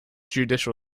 judicial